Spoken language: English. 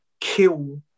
kill